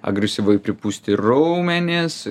agresyviai pripūsti raumenys